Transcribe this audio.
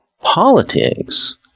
politics